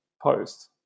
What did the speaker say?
post